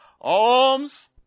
Alms